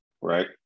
right